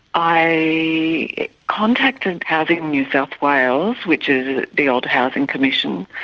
i contacted and housing new south wales, which is the old housing commission.